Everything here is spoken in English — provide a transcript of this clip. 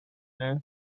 neil